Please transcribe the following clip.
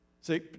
See